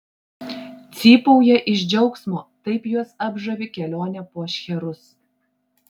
cypauja iš džiaugsmo taip juos apžavi kelionė po šcherus